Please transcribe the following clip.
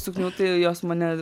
suknių tai jos mane